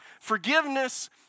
Forgiveness